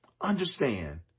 Understand